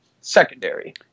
secondary